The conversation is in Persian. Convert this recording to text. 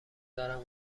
دارم